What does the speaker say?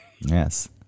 Yes